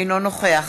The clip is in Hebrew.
אינו נוכח